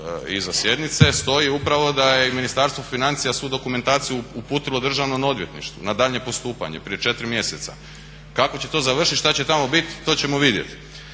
iza sjednice, stoji upravo da je i Ministarstvo financija svu dokumentaciju uputilo Državnom odvjetništvu na daljnje postupanje prije četiri mjeseca. Kako će to završiti, šta će tamo bit to ćemo vidjeti.